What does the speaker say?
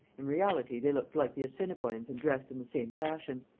in reality they looked like the assiniboines and dressed in the same fashion.